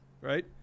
right